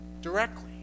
directly